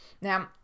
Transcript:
Now